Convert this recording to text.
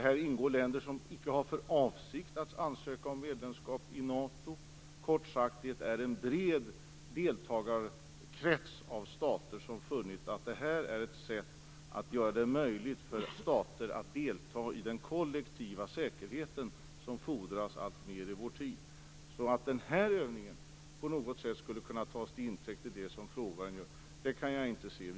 Här ingår länder som icke har för avsikt att ansöka om medlemskap i NATO. Kort sagt: Det är en bred deltagarkrets av stater som funnit att det här är ett sätt att göra det möjligt för stater att delta i den kollektiva säkerhet som alltmer fordras i vår tid. Att den här övningen på något sätt skulle kunna tas till intäkt för det som frågeställaren vill göra gällande kan jag alltså inte se.